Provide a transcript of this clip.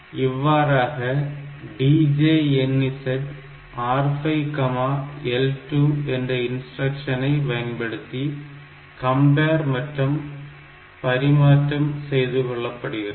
இவ்வாறாக DJNZ R5L 2 என்ற instruction ஐ பயன்படுத்தி கம்பேர் மற்றும் பரிமாற்றம் செய்து கொள்ளப்படுகிறது